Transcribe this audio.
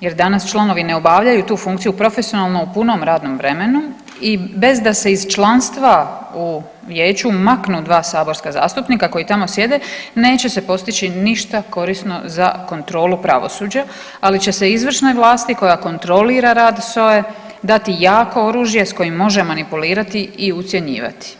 jer danas članovi ne obavljaju tu funkciju profesionalno u punom radnom vremenu i da se bez članstva u vijeću maknu dva saborska zastupnika koji tamo sjede neće se postići ništa korisno za kontrolu pravosuđa, ali će se izvršnoj vlasti koja kontrolira rad SOA-e dati jako oružje s kojim može manipulirati i ucjenjivati.